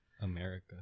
America